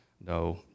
no